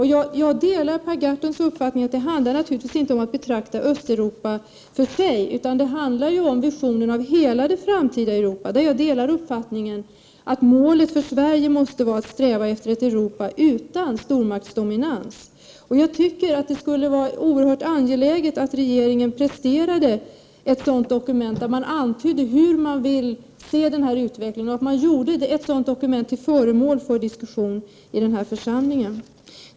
Jag delar Per Gahrtons uppfattning om att det naturligtvis inte handlar om att betrakta Östeuropa för sig, utan det handlar om visionen av hela det framtida Europa. Jag delar uppfattningen att ett mål för Sverige att sträva efter måste vara ett Europa utan stormaktsdominans. Jag tycker att det är oerhört angeläget att regeringen presterar ett dokument, i vilket man antyder hur man vill att utvecklingen skall bli. Ett sådant dokument bör också bli föremål för diskussion i den här församlingen.